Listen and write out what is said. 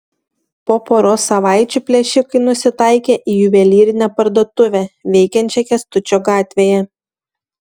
po poros savaičių plėšikai nusitaikė į juvelyrinę parduotuvę veikiančią kęstučio gatvėje